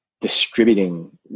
distributing